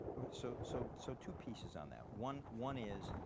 so so so two pieces on that. one one is